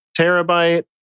terabyte